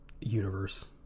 universe